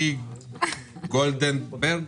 לי-היא גולדנברג,